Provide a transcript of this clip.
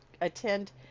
attend